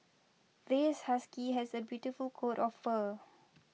this husky has a beautiful coat of fur